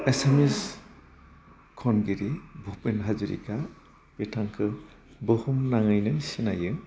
एसामिस खनगिरि भुपेन हाज'रिखा बिथांखो भुहुम नाङैनो सिनायो